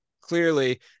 clearly